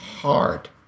hard